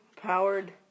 powered